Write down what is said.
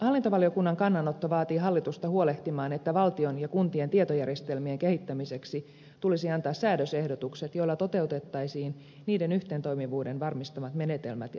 hallintovaliokunnan kannanotto vaatii hallitusta huolehtimaan että valtion ja kuntien tietojärjestelmien kehittämiseksi tulisi antaa säädösehdotukset joilla toteutettaisiin niiden yhteentoimivuuden varmistavat menetelmät ja standardit